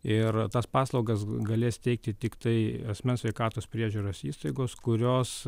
ir tas paslaugas galės teikti tiktai asmens sveikatos priežiūros įstaigos kurios